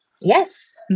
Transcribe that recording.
Yes